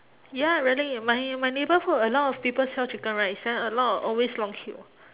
ya really my my neighbourhood a lot of people sell chicken rice then a lot of always long queue